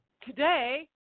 today